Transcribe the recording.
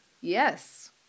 Yes